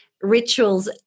rituals